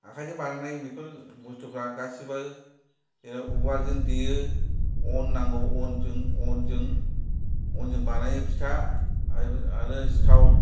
आखायजों बानायनाय बेफोर बुस्थुफ्रा गासिबो उवालजों देयो अन नांगौ अनजों अनजों बानायो फिथा आरो सिथाव